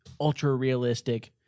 ultra-realistic